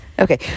Okay